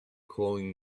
calling